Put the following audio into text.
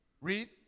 Read